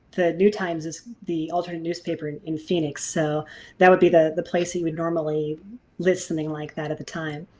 new times is the alternate newspaper in in phoenix so that would be the the place you would normally list something like that at the time.